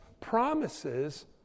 promises